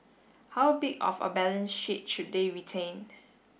how big of a balance sheet should they retain